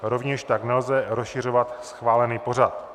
Rovněž tak nelze rozšiřovat schválený pořad.